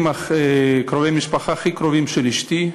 קרובי המשפחה הכי קרובים של אשתי,